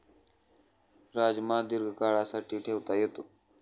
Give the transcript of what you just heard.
राजमा दीर्घकाळासाठी ठेवता येतो